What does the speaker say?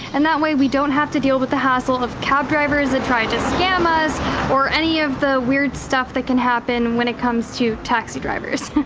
and that way we don't have to deal with the hassle of cab drivers that try to scam us or any of the weird stuff that can happen when it comes to taxi drivers.